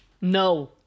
No